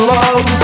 love